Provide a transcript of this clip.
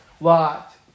Lot